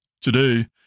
Today